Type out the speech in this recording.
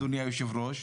אדוני היושב-ראש,